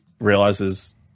realizes